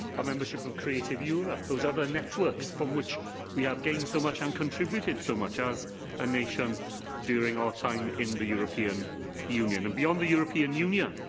our membership of creative europe, those other networks from which we have gained so much and contributed to so much as a nation during our time in the european union and, beyond the european union,